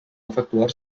efectuar